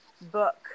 book